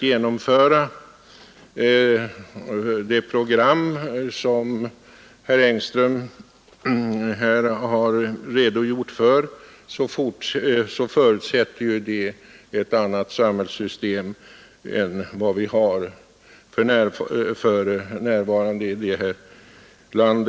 Genomförandet av det program som herr Engström här har redogjort för förutsätter ju ett annat samhällssystem än det vi har för närvarande i detta land.